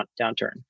downturn